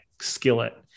skillet